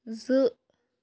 زٕ